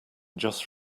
just